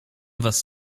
was